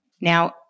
Now